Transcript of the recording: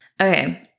Okay